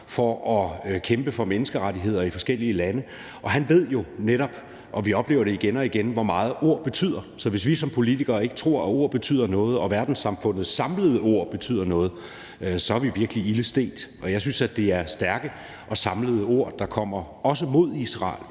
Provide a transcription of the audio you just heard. for at kæmpe for menneskerettigheder i forskellige lande, og han ved jo netop – og vi oplever det igen og igen – hvor meget ord betyder. Så hvis vi som politikere ikke tror, at ord betyder noget, eller at verdenssamfundets samlede ord betyder noget, er vi virkelig ilde stedt. Jeg synes, at det er stærke og samlede ord, der kommer, også mod Israel,